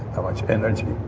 how much energy.